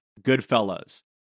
Goodfellas